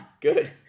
good